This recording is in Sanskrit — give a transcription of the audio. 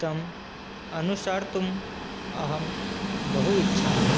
तम् अनुसर्तुम् अहं बहु इच्छामि